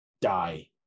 die